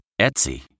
Etsy